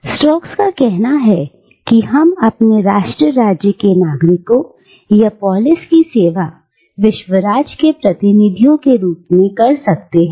Stokes का कहना है कि हम अपने ही राष्ट्र राज्य के नागरिकों या पोलिस की सेवा विश्वराज के प्रतिनिधियों के रूप में कर सकते हैं